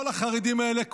כל החרדים האלה,